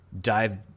dive